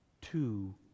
two